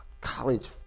college